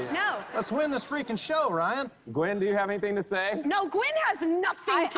no. let's win this freaking show, ryan. gwen, do you have anything to say? no, gwen has nothing